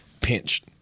pinched